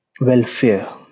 welfare